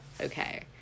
okay